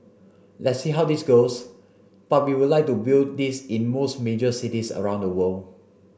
let's see how this goes but we would like to build this in most major cities around the world